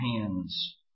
hands